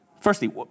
Firstly